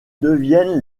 deviennent